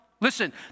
Listen